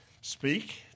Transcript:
speak